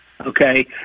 Okay